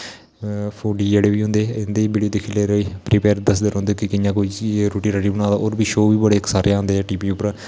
foodie जेहडे बी होंदे इंदी बिडियू दिक्खदे रेह् दसदे रौहंदे कियां कोई चीज रोटी राटी बनाओ और शो बी बडे़ सारे आंदे अजकल टीवी उप्पर